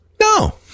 No